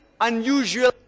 unusual